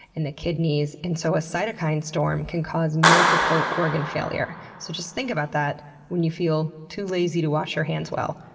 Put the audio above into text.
and the kidneys. and so a cytokine storm can cause multiple organ failure. so just think about that when you feel too lazy to wash your hands well,